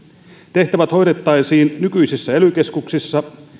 tehtävät hoidettaisiin nykyisissä ely keskuksissa